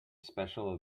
special